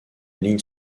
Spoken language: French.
ligne